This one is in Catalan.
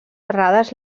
errades